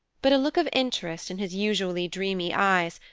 but a look of interest in his usually dreamy eyes,